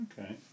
Okay